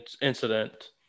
incident